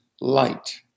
light